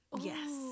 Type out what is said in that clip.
yes